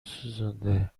سوزونده